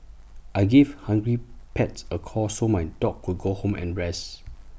I gave hungry pets A call so my dog could go home and rest